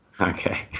okay